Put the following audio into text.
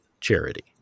charity